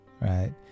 right